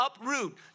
uproot